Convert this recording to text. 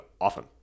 often